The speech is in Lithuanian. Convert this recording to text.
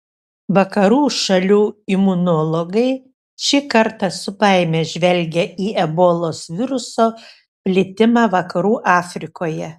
vakarų šalių imunologai šį kartą su baime žvelgė į ebolos viruso plitimą vakarų afrikoje